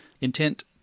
Intent